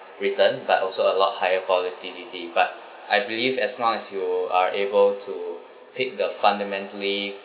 return but also a lot higher volatility but I believe as long as you are able to fit the fundamentally